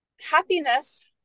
happiness